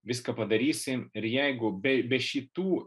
viską padarysim ir jeigu be be šitų